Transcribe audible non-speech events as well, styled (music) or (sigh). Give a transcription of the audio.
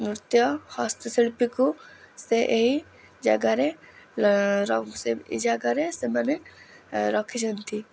ନୃତ୍ୟ ହସ୍ତଶିଳ୍ପୀକୁ ସେ ଏହି ଜାଗାରେ (unintelligible) ଏହି ଜାଗାରେ ସେମାନେ ରଖିଛନ୍ତି